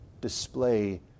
display